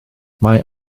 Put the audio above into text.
mae